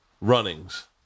runnings